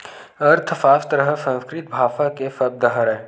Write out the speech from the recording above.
अर्थसास्त्र ह संस्कृत भासा के सब्द हरय